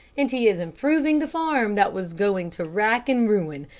and he is improving the farm that was going to rack and ruin,